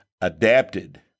adapted